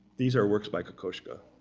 these are works by kokoschka.